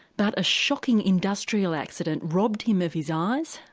but a shocking industrial accident robbed him of his eyes,